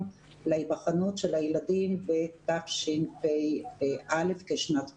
להיבחנות של הילדים בתשפ"א כשנת קורונה.